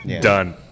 Done